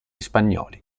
spagnoli